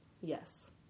Yes